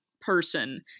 person